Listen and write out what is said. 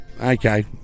Okay